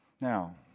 Now